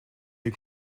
des